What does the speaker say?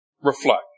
reflect